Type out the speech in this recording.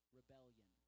rebellion